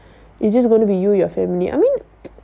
it's just going to be you your family I mean